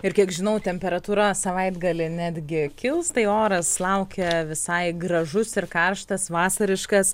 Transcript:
ir kiek žinau temperatūra savaitgalį netgi kils tai oras laukia visai gražus ir karštas vasariškas